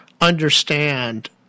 understand